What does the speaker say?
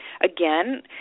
again